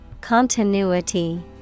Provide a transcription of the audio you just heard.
Continuity